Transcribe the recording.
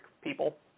people